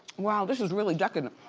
wow, this is really decadent.